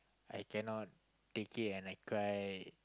I cannot take it and I cry